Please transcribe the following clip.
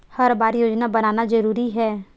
हर बार योजना बनाना जरूरी है?